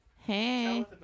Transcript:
Hey